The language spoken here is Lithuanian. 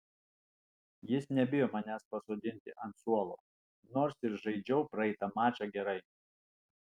jis nebijo manęs pasodinti ant suolo nors ir žaidžiau praeitą mačą gerai